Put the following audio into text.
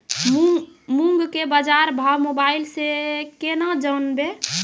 मूंग के बाजार भाव मोबाइल से के ना जान ब?